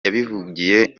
yabivugiye